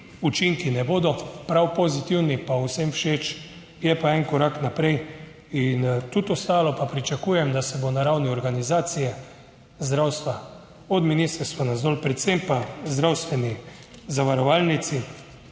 učinki ne bodo prav pozitivni, pa vsem všeč. Je pa en korak naprej. In tudi ostalo, pa pričakujem, da se bo na ravni organizacije zdravstva od ministrstva navzdol, predvsem pa zdravstveni zavarovalnici,